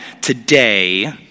today